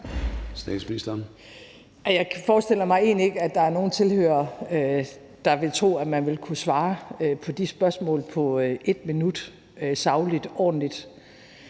Frederiksen): Jeg forestiller mig egentlig ikke, at der er nogen tilhørere, der vil tro, at man vil kunne svare på de spørgsmål på 1 minut, sagligt og ordentligt.